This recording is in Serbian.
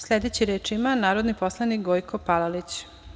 Sledeći reč ima narodni poslanik Gojko Palalić.